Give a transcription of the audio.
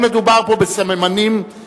התש"ע 2010. אין מדובר פה בסממנים שהם